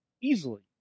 easily